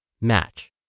match